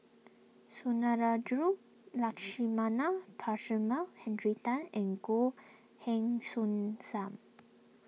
Sundarajulu Lakshmana Perumal Henry Tan and Goh Heng Soon Sam